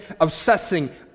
obsessing